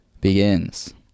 begins